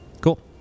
Cool